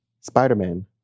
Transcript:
Spider-Man